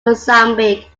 mozambique